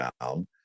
down